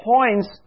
points